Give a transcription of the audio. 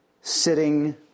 sitting